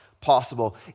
possible